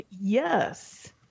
Yes